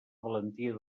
valentia